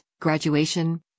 graduation